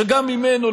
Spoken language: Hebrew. שגם ממנו,